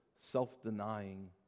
self-denying